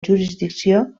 jurisdicció